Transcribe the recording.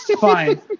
Fine